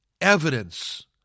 evidence